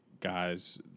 guys –